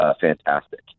fantastic